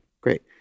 great